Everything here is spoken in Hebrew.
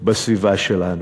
בסביבה שלנו.